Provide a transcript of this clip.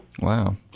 Wow